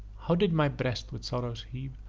how did my breast with sorrows heave!